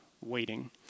waiting